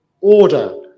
order